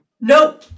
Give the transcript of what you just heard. No